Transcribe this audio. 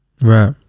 Right